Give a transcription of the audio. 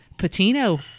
Patino